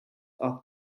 are